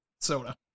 soda